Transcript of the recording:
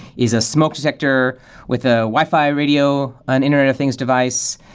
is a smoke detector with a wi-fi radio, an internet of things device,